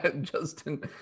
Justin